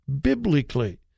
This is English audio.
biblically